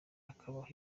hakabaho